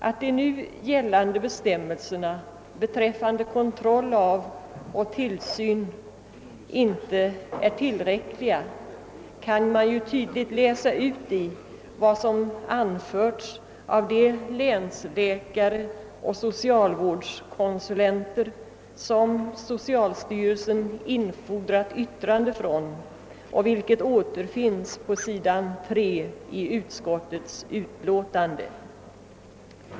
Att de nu gällande bestämmelserna beträffande kontroll och tillsyn inte är tillräckliga kan tydligt utläsas av det yttrande från länsläkare och socialvårdskonsulenter som socialstyrelsen infordrat och som refereras på sidan 3 i utskottets utlåtande.